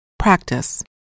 practice